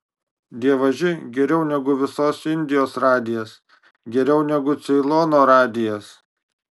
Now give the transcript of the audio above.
dievaži geriau negu visos indijos radijas geriau negu ceilono radijas